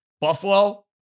Buffalo